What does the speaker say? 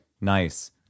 Nice